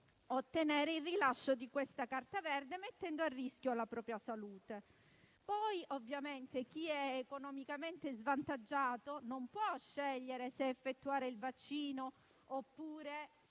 ottenere il rilascio di questa carta verde, mettendo a rischio la propria salute. Poi, ovviamente, chi è economicamente svantaggiato non può scegliere se effettuare il vaccino oppure